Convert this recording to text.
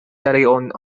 eile